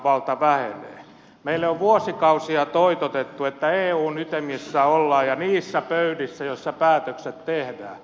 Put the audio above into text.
meille on vuosikausia toitotettu että eun ytimessä ollaan ja niissä pöydissä joissa päätökset tehdään